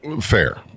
Fair